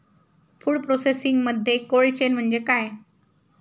Food प्रोसेसिंगमध्ये cold chain म्हणजे काय?